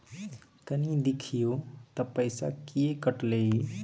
कनी देखियौ त पैसा किये कटले इ?